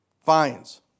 Fines